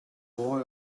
boy